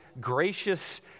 gracious